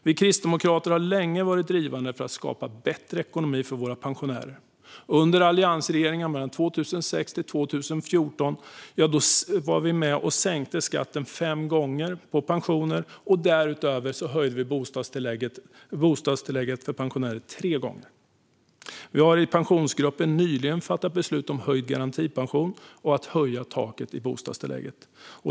Vi kristdemokrater har länge varit drivande för att skapa bättre ekonomi för våra pensionärer. Under alliansregeringen mellan 2006 och 2014 var vi med och sänkte skatten på pensioner fem gånger. Därutöver höjde vi bostadstillägget för pensionärer tre gånger. Vi har i Pensionsgruppen nyligen fattat beslut om höjd garantipension och höjt tak i bostadstillägget.